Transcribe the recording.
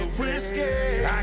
whiskey